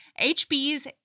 HBs